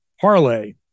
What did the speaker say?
parlay